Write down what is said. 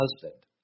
husband